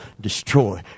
destroy